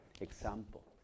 example